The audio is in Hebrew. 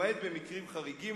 למעט במקרים חריגים,